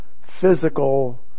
physical